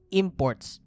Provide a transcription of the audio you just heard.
imports